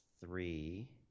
three